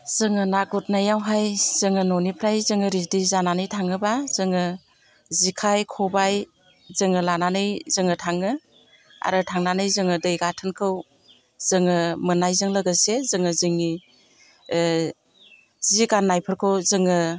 जोङो ना गुरनायावहाय जोङो न'निफ्राय जोङो रेदि जानानै थाङोबा जोङो जेखाइ खबाइ जोङो लानानै जोङो थाङो आरो थांनानै जोङो दै गाथोनखौ जोङो मोननायजों लोगोसे जोङो जोंनि जि गाननायफोरखौ जोङो